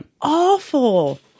awful